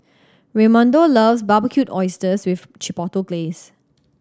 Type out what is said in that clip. Raymundo loves Barbecued Oysters with Chipotle Glaze